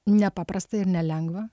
nepaprasta ir nelengva